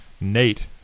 Nate